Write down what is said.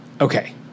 okay